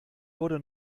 wurde